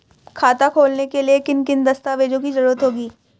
खाता खोलने के लिए किन किन दस्तावेजों की जरूरत होगी?